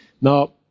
Now